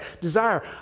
Desire